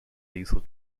diesel